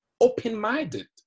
open-minded